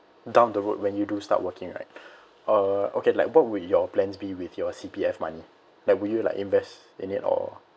down the road when you do start working right uh okay like what would your plans be with your C_P_F money like will you like invest in it or